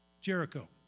Jericho